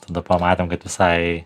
tada pamatėm kad visai